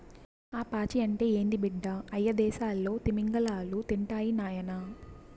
ఆ పాచి అంటే ఏంది బిడ్డ, అయ్యదేసాల్లో తిమింగలాలు తింటాయి నాయనా